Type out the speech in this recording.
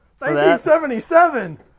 1977